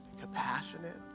compassionate